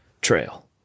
trail